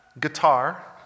guitar